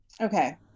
okay